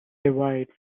divide